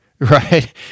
Right